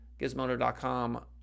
Gizmodo.com